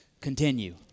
continue